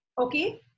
Okay